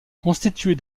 constituée